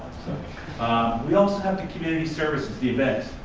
so we also have the community services, the events,